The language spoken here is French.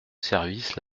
service